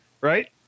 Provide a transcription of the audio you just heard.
right